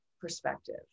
perspective